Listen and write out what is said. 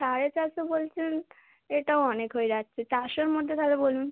সাড়ে চারশো বলছেন এটাও অনেক হয়ে যাচ্ছে চারশোর মধ্যে তাহলে বলুন